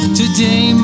today